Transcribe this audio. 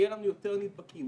יהיה לנו יותר נדבקים,